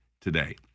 today